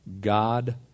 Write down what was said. God